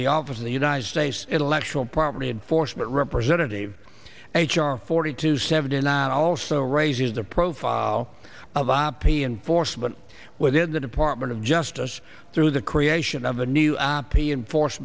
the office of the united states intellectual property and force but representative h r forty two seven i also raises the profile of ip and force but within the department of justice through the creation of a new ip enforce